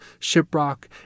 shiprock